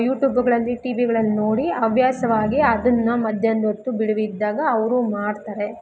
ಯೂಟ್ಯೂಬುಗಳಲ್ಲಿ ಟಿ ವಿಗಳಲ್ಲಿ ನೋಡಿ ಹವ್ಯಾಸವಾಗಿ ಅದನ್ನ ಮಧ್ಯಾನ್ದೊತ್ತು ಬಿಡುವಿದ್ದಾಗ ಅವರು ಮಾಡ್ತಾರೆ